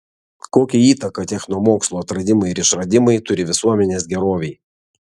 kokią įtaką technomokslo atradimai ir išradimai turi visuomenės gerovei